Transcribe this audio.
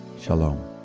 Shalom